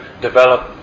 develop